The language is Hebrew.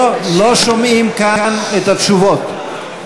לא שומעים כאן את התשובות.